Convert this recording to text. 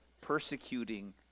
persecuting